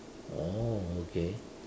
oh okay